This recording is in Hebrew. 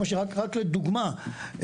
לדוגמה,